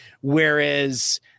Whereas